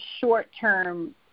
short-term